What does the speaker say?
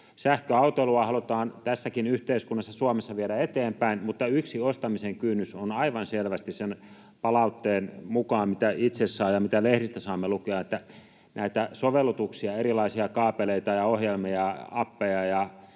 sähköautoilua halutaan tässäkin yhteiskunnassa, Suomessa, viedä eteenpäin. Mutta yksi ostamisen kynnys sen palautteen mukaan, mitä itse saan ja mitä lehdistä saamme lukea, on aivan selvästi siinä, että näitä sovellutuksia, erilaisia kaapeleita, ohjelmia ja appeja